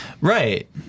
Right